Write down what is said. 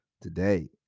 Today